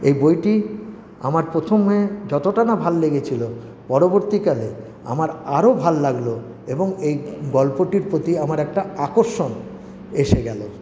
এই বইটি আমার প্রথমে যতটা না ভাল লেগেছিল পরবর্তীকালে আমার আরো ভাল লাগলো এবং এই গল্পটির প্রতি আমার একটা আকর্ষণ এসে গেল